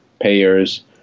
payers